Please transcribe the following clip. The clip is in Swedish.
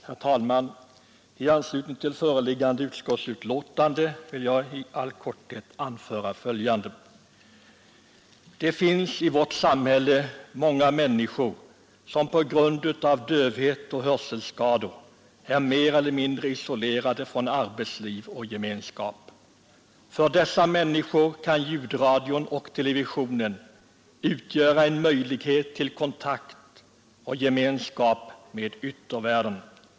Herr talman! I anslutning till föreliggande utskottsbetänkande vill jag i all korthet anföra följande. Det finns i vårt samhälle många människor som på grund av dövhet eller hörselskador är mer eller mindre isolerade från arbetsliv och gemenskap. För dessa människor kan ljudradion och televisionen utgöra en möjlighet till kontakt och gemenskap med yttervärlden.